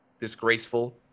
disgraceful